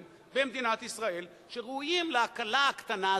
במדינת ישראל שראויים להקלה הקטנה הזאת,